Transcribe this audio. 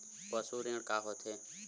पशु ऋण का होथे?